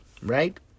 Right